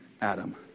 Adam